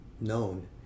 known